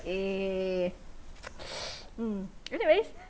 eh mm anyways